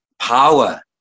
power